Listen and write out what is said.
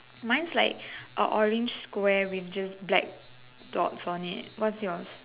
mine is like a orange square with just black dots on it what's yours